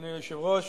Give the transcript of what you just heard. אדוני היושב-ראש,